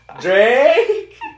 Drake